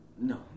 No